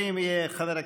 13, 14,